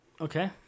Okay